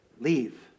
leave